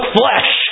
flesh